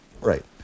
Right